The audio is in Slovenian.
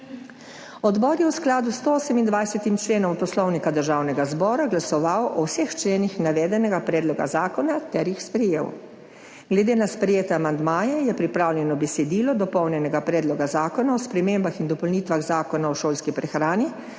Odbor je v skladu s 128. členom Poslovnika Državnega zbora glasoval o vseh členih navedenega predloga zakona ter jih sprejel. Glede na sprejete amandmaje je pripravljeno besedilo dopolnjenega Predloga zakona o spremembah in dopolnitvah Zakona o šolski prehrani.